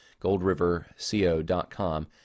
goldriverco.com